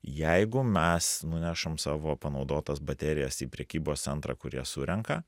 jeigu mes nunešam savo panaudotas baterijas į prekybos centrą kur jas surenka